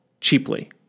cheaply